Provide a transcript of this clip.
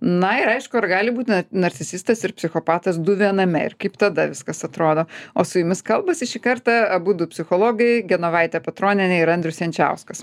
na ir aišku ar gali būt na narcisistas ir psichopatas du viename ir kaip tada viskas atrodo o su jumis kalbasi šį kartą abudu psichologai genovaitė petronienė ir andrius jančiauskas